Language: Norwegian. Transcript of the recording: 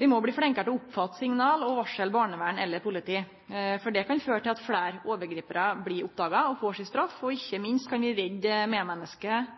Vi må bli flinkare til å oppfatte signal og varsle barnevernet eller politiet. Det kan føre til at fleire overgriparar blir oppdaga og får si straff. Ikkje minst kan vi redde medmenneske frå overgrepssituasjonar og bidra til